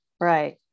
right